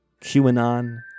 QAnon